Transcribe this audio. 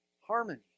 harmony